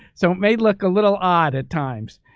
so it may look a little odd at times.